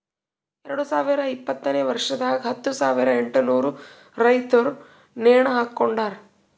ಎರಡು ಸಾವಿರ ಇಪ್ಪತ್ತನೆ ವರ್ಷದಾಗ್ ಹತ್ತು ಸಾವಿರ ಎಂಟನೂರು ರೈತುರ್ ನೇಣ ಹಾಕೊಂಡಾರ್